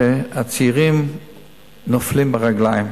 שהצעירים נופלים מהרגליים.